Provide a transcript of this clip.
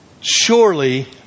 surely